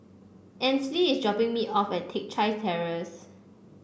Ainsley is dropping me off at Teck Chye Terrace